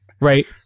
Right